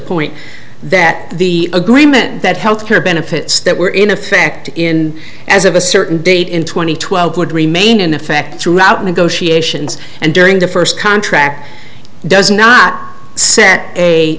point that the agreement that health care benefits that were in effect in as of a certain date in two thousand and twelve would remain in effect throughout negotiations and during the first contract does not set a